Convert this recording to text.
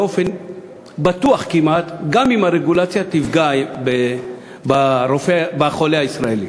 כמעט בטוח גם עם הרגולציה, תפגע בחולה הישראלי.